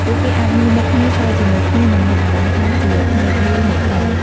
ពួកគេអាចមើលមុខគ្នា សើចជាមួយគ្នា និងមានអារម្មណ៍ថាជាផ្នែកមួយនៃក្រុម។